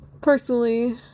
Personally